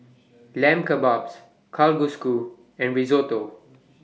Lamb Kebabs Kalguksu and Risotto